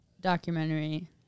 documentary